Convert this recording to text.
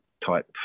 type